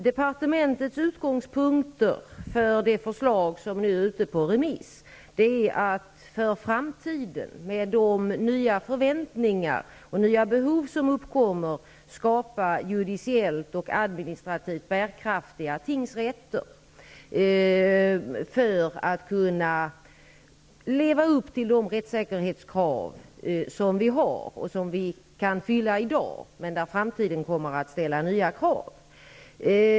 Departementets utgångspunkt för det förslag som nu är ute på remiss är att utifrån de nya förväntningar som finns och de nya behov som uppkommer skapa judiciellt och administrativt bärkraftiga tingsrätter för framtiden. Detta måste ske för att vi skall kunna leva upp till de rättssäkerhetskrav som vi har och vilksa vi i dag kan uppfylla. Men framtiden kommer att ställa nya krav.